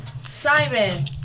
Simon